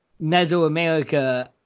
Mesoamerica